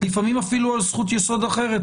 לפעמים אפילו על זכות יסוד אחרת.